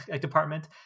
department